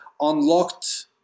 unlocked